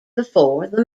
before